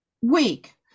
week